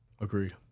Agreed